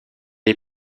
est